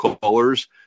colors